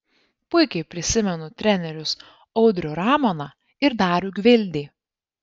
puikiai prisimenu trenerius audrių ramoną ir darių gvildį